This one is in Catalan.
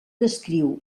descriu